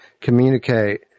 communicate